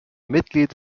mitglied